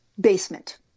Basement